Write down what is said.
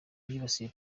yibasiye